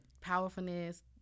powerfulness